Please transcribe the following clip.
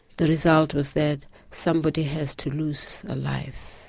the result was that somebody has to lose a life.